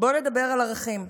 בוא נדבר על ערכים,